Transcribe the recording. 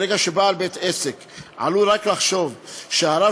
ברגע שבעל בית-עסק עלול רק לחשוב שהרב